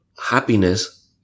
happiness